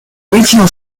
regional